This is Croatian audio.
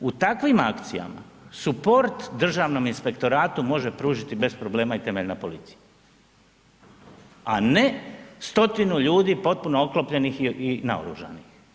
U takvim akcijama suport Državnom inspektoratu može pružiti bez problema i temeljna policija a ne stotinu ljudi potpuno oklopljenih i naoružanih.